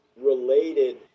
related